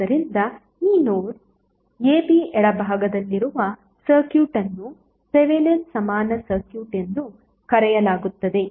ಆದ್ದರಿಂದ ಈ node ab ಎಡಭಾಗದಲ್ಲಿರುವ ಸರ್ಕ್ಯೂಟ್ ಅನ್ನು ಥೆವೆನಿನ್ ಸಮಾನ ಸರ್ಕ್ಯೂಟ್ ಎಂದು ಕರೆಯಲಾಗುತ್ತದೆ